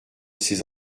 ces